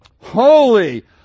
holy